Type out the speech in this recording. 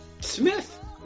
Smith